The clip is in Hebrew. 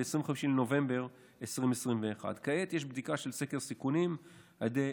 ב-25 בנובמבר 2021. כעת יש בדיקה של סקר סיכונים על ידי